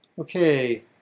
Okay